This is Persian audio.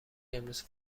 امروز